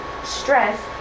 Stress